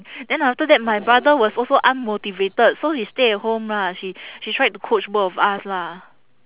then after that my brother was also unmotivated so she stay at home lah she she tried to coach both of us lah